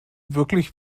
wirklich